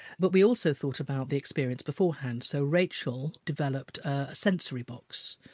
but we also thought about the experience beforehand, so rachel developed a sensory box,